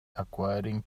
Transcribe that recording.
acquiring